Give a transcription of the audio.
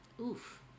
Oof